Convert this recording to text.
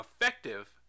effective